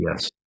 yes